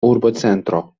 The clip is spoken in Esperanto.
urbocentro